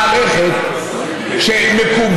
זה שמארגני העצרת חושבים,